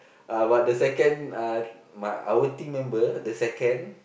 uh but the second uh my our team member the second